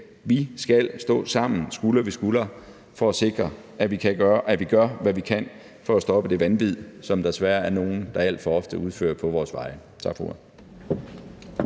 Vi skal stå sammen, skulder ved skulder, for at sikre, at vi gør, hvad vi kan, for at stoppe det vanvid, som der desværre er nogen, der alt for ofte udøver på vores veje. Tak for